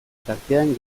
tartean